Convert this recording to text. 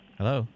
Hello